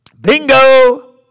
Bingo